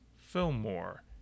Fillmore